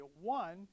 One